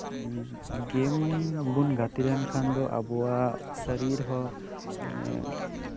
ᱜᱮᱢ ᱵᱚᱱ ᱜᱟᱛᱮ ᱞᱮᱱᱠᱷᱟᱱ ᱫᱚ ᱟᱵᱚᱣᱟᱜ ᱥᱚᱨᱤᱨ ᱨᱮᱦᱚᱸ ᱢᱟᱱᱮ